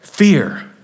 fear